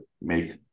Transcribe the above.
make